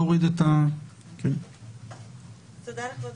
תודה לכבוד